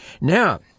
Now